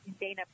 Dana